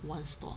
one store